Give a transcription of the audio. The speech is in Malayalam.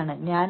കഴിയില്ല